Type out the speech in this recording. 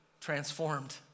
transformed